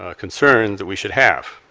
ah concern that we should have.